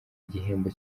igihembo